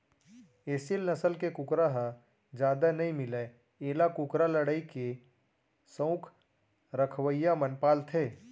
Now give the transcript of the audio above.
एसील नसल के कुकरा ह जादा नइ मिलय एला कुकरा लड़ई के सउख रखवइया मन पालथें